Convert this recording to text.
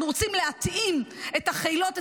אנחנו רוצים להתאים את החילות,